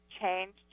changed